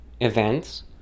events